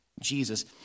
Jesus